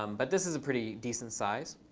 um but this is a pretty decent size.